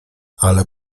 ale